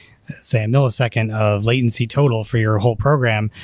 say, a millisecond of latency total for your whole program,